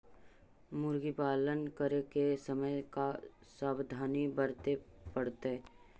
मुर्गी पालन करे के समय का सावधानी वर्तें पड़तई?